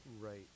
Right